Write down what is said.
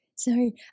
Sorry